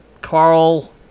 Carl